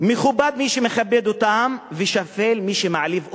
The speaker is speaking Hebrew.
מכובד מי שמכבד אותן ושפל מי שמעליב אותן.